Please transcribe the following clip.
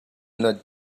not